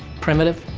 primitive.